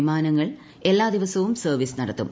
വിമാനങ്ങൾ എല്ലാ ദിവസവും സർവീസ് നടത്തും